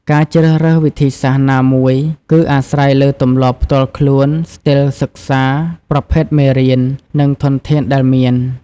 ការជ្រើសរើសវិធីសាស្ត្រណាមួយគឺអាស្រ័យលើទម្លាប់ផ្ទាល់ខ្លួន ស្ទីលសិក្សា ប្រភេទមេរៀន និងធនធានដែលមាន។